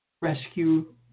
rescue